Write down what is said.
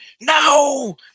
no